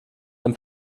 ein